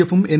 എഫും എൻ